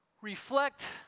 reflect